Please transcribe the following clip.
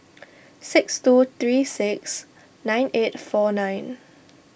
six two three six nine eight four nine